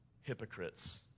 hypocrites